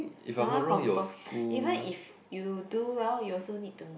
my one confirm even if you do well you also need to